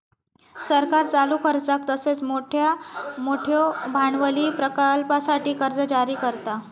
सरकार चालू खर्चाक तसेच मोठयो भांडवली प्रकल्पांसाठी कर्जा जारी करता